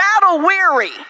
battle-weary